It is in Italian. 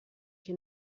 che